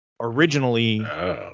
Originally